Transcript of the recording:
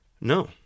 No